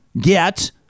get